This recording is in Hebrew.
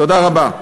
תודה רבה.